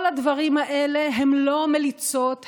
כל הדברים האלה הם לא מליצות,